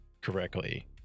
correctly